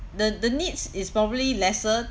the the needs is probably lesser